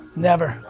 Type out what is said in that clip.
never.